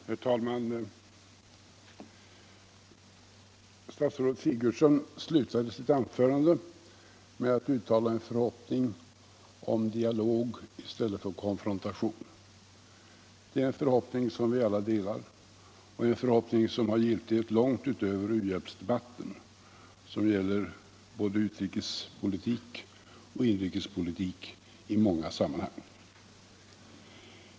Herr talman! Statsrådet Sigurdsen slutade sitt anförande med att uttala en förhoppning om dialog i stället för konfrontation. Det är en förhoppning som vi alla delar och en förhoppning som har giltighet långt utöver u-hjälpsdebatten och som gäller både utrikespolitik och inrikespolitik i många sammanhang.